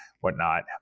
whatnot